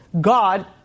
God